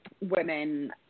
women